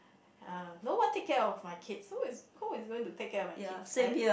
uh no one take care of my kids so we who is going to take care of my kids